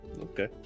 Okay